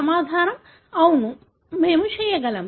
సమాధానం అవును మేము చేయగలం